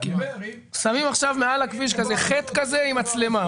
שמים מעל הכביש מין חי"ת עם מצלמה.